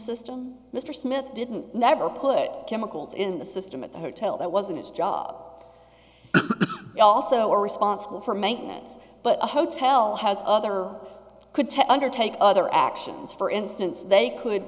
system mr smith didn't never put chemicals in the system at the hotel that wasn't his job they also are responsible for maintenance but the hotel has other could to undertake other actions for instance they could